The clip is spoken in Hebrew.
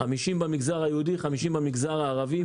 50 במגזר היהודי ו-50 במגזר הערבי.